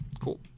Cool